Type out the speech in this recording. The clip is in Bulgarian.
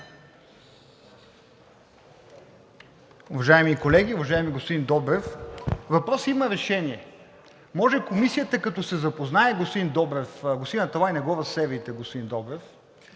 Уважаеми колеги! Уважаеми господин Добрев, въпросът има решение. Може комисията, като се запознае, господин Добрев… Господин Аталай, не разсейвайте господин Добрев.